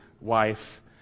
wife